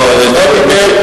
לא, אני ויתרתי לך.